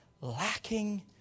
lacking